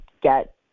get